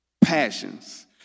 passions